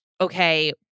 okay